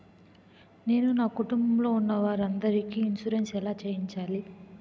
నేను నా కుటుంబం లొ ఉన్న వారి అందరికి ఇన్సురెన్స్ ఎలా చేయించాలి?